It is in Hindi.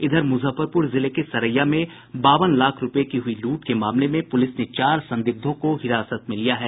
इधर मुजफ्फरपुर जिले के सरैया में बावन लाख रुपये की हुई लूट के मामले में पुलिस ने चार संदिग्धों को हिरासत में लिया है